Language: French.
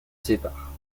sépare